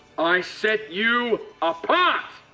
i set you apart!